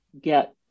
get